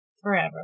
Forever